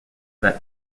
that